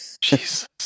Jesus